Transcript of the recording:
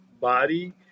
body